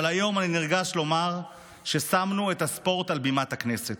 אבל היום אני נרגש לומר ששמנו את הספורט על בימת הכנסת.